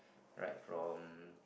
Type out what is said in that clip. like from